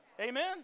Amen